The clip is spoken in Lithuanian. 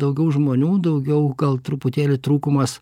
daugiau žmonių daugiau gal truputėlį trūkumas